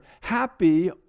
happy